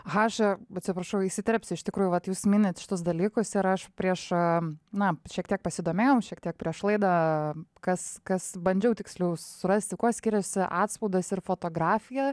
aš atsiprašau įsiterpsiu iš tikrųjų vat jūs minit šituos dalykus ir aš prieš na šiek tiek pasidomėjau šiek tiek prieš laidą kas kas bandžiau tiksliau surasti kuo skiriasi atspaudas ir fotografija